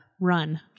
run